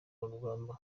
urugamba